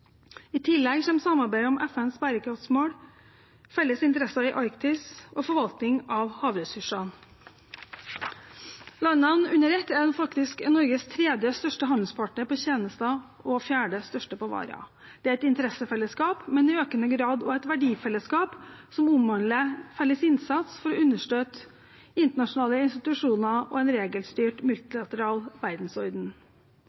I tillegg kommer samarbeidet om FNs bærekraftsmål, felles interesser i Arktis og forvaltning av havressursene. Landene sett under ett er faktisk Norges tredje største handelspartner på tjenester og fjerde største på varer. Det er et interessefellesskap, men i økende grad også et verdifellesskap som omhandler felles innsats for å understøtte internasjonale institusjoner og en regelstyrt